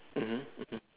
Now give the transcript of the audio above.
mmhmm mmhmm